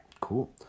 Cool